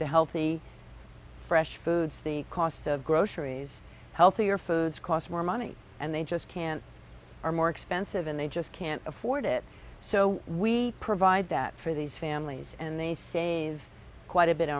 the healthy fresh foods the cost of groceries healthier foods cost more money and they just can't are more expensive and they just can't afford it so we provide that for these families and they save quite a bit